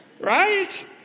Right